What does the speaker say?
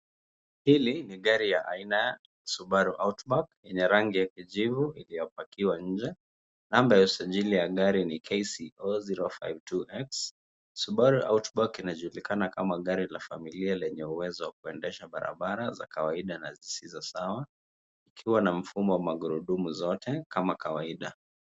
Hili ni gari aina ya subaru outback yenye rangi ya kijivu iliyopakiwa nje na namba ya usajili ya gari ni KCO 052X. Subaru outback inajulikana kama gari la familia lenye uwezo wa kuendesha barabara za kawaida na zisizo sawa ikiwa na mfumo wa magurudumu zote kama kawaida.